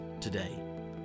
today